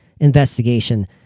investigation